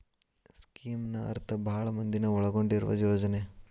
ಸ್ಕೇಮ್ನ ಅರ್ಥ ಭಾಳ್ ಮಂದಿನ ಒಳಗೊಂಡಿರುವ ಯೋಜನೆ